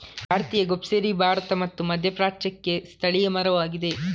ಭಾರತೀಯ ಗೂಸ್ಬೆರ್ರಿ ಭಾರತ ಮತ್ತು ಮಧ್ಯಪ್ರಾಚ್ಯಕ್ಕೆ ಸ್ಥಳೀಯ ಮರವಾಗಿದೆ